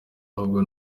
ahubwo